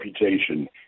reputation